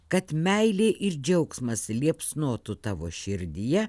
kad meilė ir džiaugsmas liepsnotų tavo širdyje